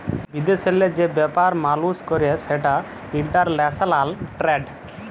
বিদেশেল্লে যে ব্যাপার মালুস ক্যরে সেটা ইলটারল্যাশলাল টেরেড